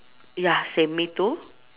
ya same me too